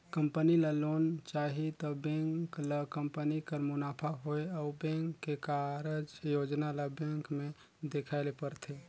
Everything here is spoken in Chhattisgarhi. कंपनी ल लोन चाही त बेंक ल कंपनी कर मुनाफा होए अउ बेंक के कारज योजना ल बेंक में देखाए ले परथे